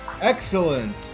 Excellent